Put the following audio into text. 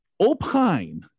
opine